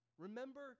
Remember